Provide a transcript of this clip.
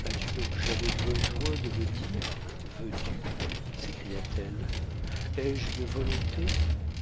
as-tu donc jamais besoin de me dire veux-tu s'écria-t-elle ai-je une volonté